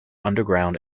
underground